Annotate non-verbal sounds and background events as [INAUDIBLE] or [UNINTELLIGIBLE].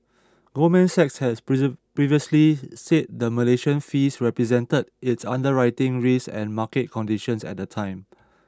Goldman Sachs has [UNINTELLIGIBLE] previously said the Malaysia fees represented its underwriting risks and market conditions at the time